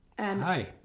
Hi